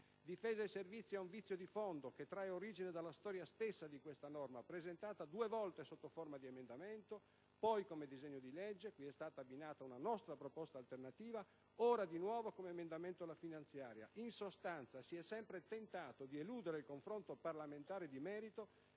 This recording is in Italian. Difesa servizi Spa. Essa ha un vizio di fondo, che trae origine dalla storia stessa di questa norma, presentata due volte sotto forma di emendamento, poi come disegno di legge, cui è stata abbinata una nostra proposta alternativa, e ora presentata di nuovo come emendamento alla finanziaria. In sostanza, si è sempre tentato di eludere il confronto parlamentare di merito,